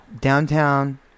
Downtown